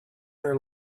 her